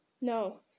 No